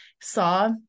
saw